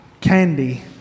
candy